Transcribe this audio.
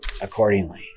accordingly